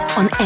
on